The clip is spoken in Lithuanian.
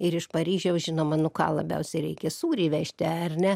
ir iš paryžiaus žinoma nu ką labiausiai reikia sūrį vežti ar ne